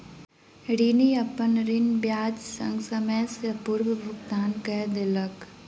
ऋणी, अपन ऋण ब्याज संग, समय सॅ पूर्व भुगतान कय देलक